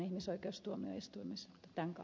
arvoisa puhemies